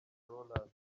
rowland